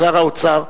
לשר האוצר,